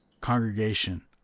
congregation